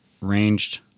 Ranged